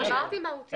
אבל אמרתי "מהותי".